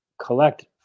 collect